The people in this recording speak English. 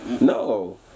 no